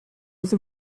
was